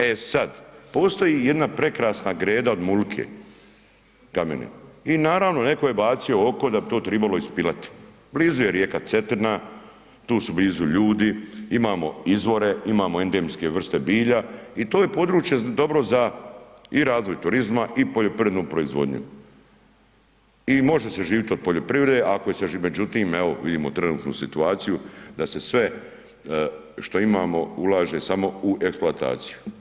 E sad postoji jedna prekrasna greda od mulike kamene i naravno netko je bacio oko da bi to tribalo ispilati, blizu je rijeka Cetina, tu su blizu ljudi, imamo izvore, imamo endemske vrste bilja i to je područje dobro za i razvoj turizma i poljoprivrednu proizvodnju i može se živjeti od poljoprivrede ako je se, međutim vidimo trenutnu situaciju da se sve što imamo ulaže samo u eksploataciju.